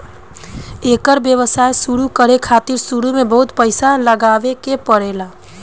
एकर व्यवसाय शुरु करे खातिर शुरू में बहुत पईसा लगावे के पड़ेला